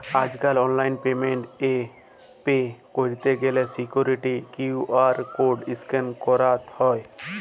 আজ কাল online payment এ পে ক্যরত গ্যালে সিকুইরিটি কিউ.আর কড স্ক্যান ক্যরা হ্য়